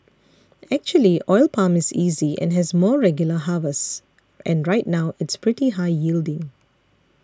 actually oil palm is easy and has more regular harvests and right now it's pretty high yielding